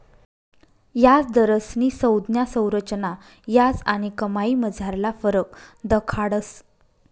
याजदरस्नी संज्ञा संरचना याज आणि कमाईमझारला फरक दखाडस